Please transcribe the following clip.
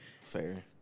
Fair